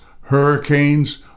hurricanes